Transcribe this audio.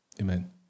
Amen